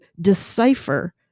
decipher